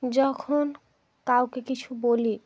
যখন কাউকে কিছু বলি